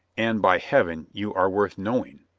and, by heaven, you are worth knowing,